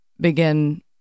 begin